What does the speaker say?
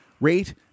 rate